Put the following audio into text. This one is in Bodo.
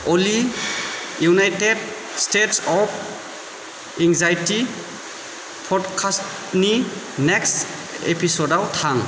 Ali united states of anxiety पडकास्टनि नेक्स्ट एपिसदाव थां